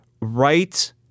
right